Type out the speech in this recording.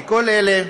בשל כל אלה,